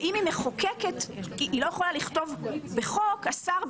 ואם היא מחוקקת היא לא יכולה לכתוב בחוק "השר,